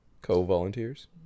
co-volunteers